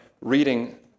reading